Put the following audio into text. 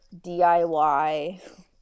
DIY